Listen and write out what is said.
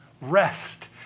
Rest